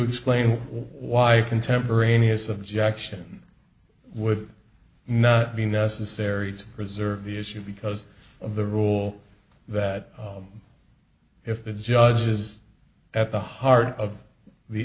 explain why you contemporaneous objection would not be necessary to preserve the issue because of the rule that if the judge is at the heart of the